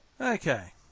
Okay